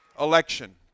Election